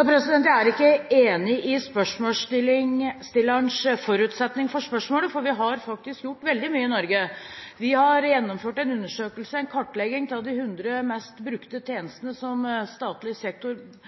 er ikke enig i spørsmålsstillerens forutsetning for spørsmålet, for vi har faktisk gjort veldig mye i Norge. Vi har gjennomført en undersøkelse, en kartlegging, av de 100 mest brukte tjenestene i statlig sektor,